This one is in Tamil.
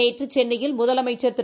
நேற்றுசென்னயில் முதலமைச்சர் திரு